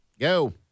go